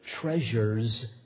treasures